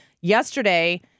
Yesterday